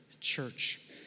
church